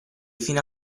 fino